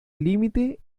límite